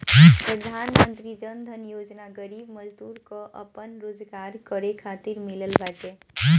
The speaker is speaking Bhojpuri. प्रधानमंत्री जन धन योजना गरीब मजदूर कअ आपन रोजगार करे खातिर मिलत बाटे